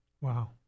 Wow